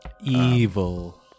Evil